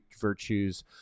virtues